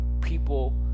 people